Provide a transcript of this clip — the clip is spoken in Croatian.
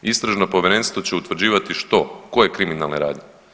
Istražno povjerenstvo će utvrđivati što, koje kriminalne radnje.